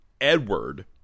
edward